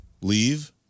leave